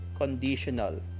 conditional